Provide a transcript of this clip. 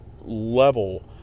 level